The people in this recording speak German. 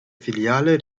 filiale